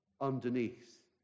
underneath